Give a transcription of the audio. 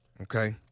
Okay